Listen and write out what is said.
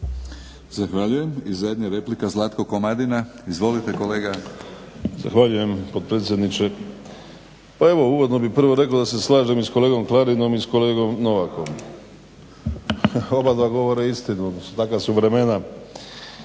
Zahvaljujem. I zadnja replika, Zlatko Komadina. Izvolite kolega. **Komadina, Zlatko (SDP)** Zahvaljujem potpredsjedniče. Pa evo uvodno bih prvo rekao da se slažem i s kolegom Klarinom i s kolegom Novakom, obadva govore istinu, takva su vremena.